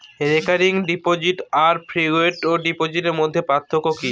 Recurring deposit আর fixed ডিপোজিটের মধ্যে পার্থক্য কি?